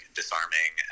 disarming